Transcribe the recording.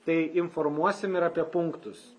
tai informuosim ir apie punktus